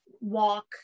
Walk